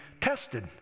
tested